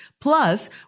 plus